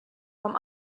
vom